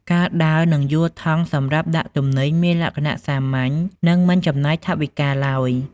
ការដើរនិងយួរថង់សម្រាប់ដាក់ទំនិញមានលក្ខណៈសាមញ្ញនិងមិនចំណាយថវិកាឡើយ។